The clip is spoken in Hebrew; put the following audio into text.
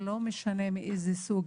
ולא משנה מאיזה סוג,